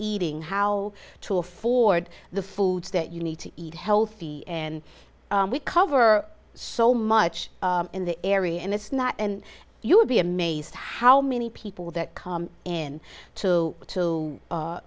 eating how to afford the foods that you need to eat healthy and we cover so much in the area and it's not and you would be amazed how many people that come in to